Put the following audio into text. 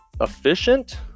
efficient